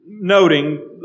noting